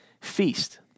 feast